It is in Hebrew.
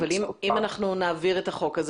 עד כמה שאני מבינה אם נעביר את החוק הזה,